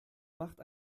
macht